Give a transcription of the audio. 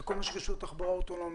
כל מה שקשור לתחבורה אוטונומית,